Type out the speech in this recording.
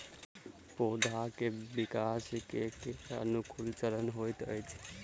पौधाक विकास केँ केँ कुन चरण हएत अछि?